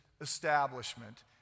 establishment